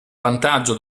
vantaggio